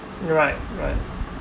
right right